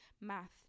math